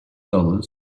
dollars